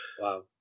Wow